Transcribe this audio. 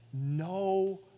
no